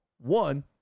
One